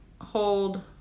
hold